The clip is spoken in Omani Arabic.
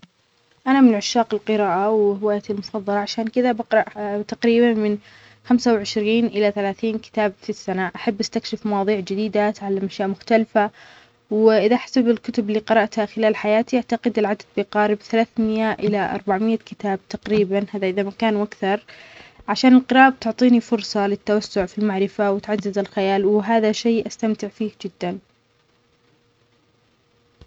أنا من عشاق القراءة وهوايتى المفضلة عشان كدا بقرأ ح- تقريبا من خمسة وعشرين إلى ثلاثين كتاب في السنة، أحب أستكشف مواضيع جديدة أتعلم أشياء مختلفة، وإذا أحسب الكتب اللى قرأتها خلال حياتى أعتقد العدد يقارب ثلاثمية إلى أربعمية كتاب تقريبا هذا إذا ما كانوا أكثر، عشان القراءة بتعطينى فرصة للتوسع في المعرفة وتعزز الخيال وهذا شيء أستمتع فيه جدا.